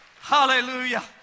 Hallelujah